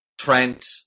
Trent